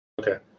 okay